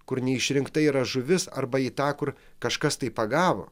kur neišrinkta yra žuvis arba į tą kur kažkas taip pagavo